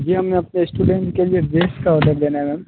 जी हमें अपने स्टूडेंट के लिए ड्रेस का ऑर्डर देना है मैम